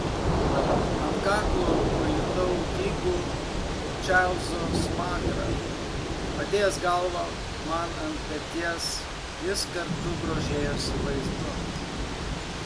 ant kaklo pajutau dygų čarlzo smakrą padėjęs galvą man ant peties jis kartu grožėjosi vaizdu